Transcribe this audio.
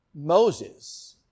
Moses